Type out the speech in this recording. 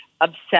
obsessed